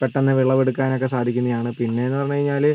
പെട്ടന്ന് വിളവെടുക്കാനൊക്കെ സാധിക്കുന്നതാണ് പിന്നേന്ന് പറഞ്ഞ് കഴിഞ്ഞാൽ